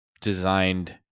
designed